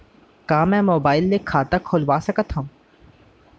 का मैं मोबाइल से खाता खोलवा सकथव?